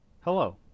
Hello